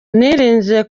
nirinze